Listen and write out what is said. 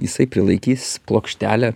jisai prilaikys plokštelę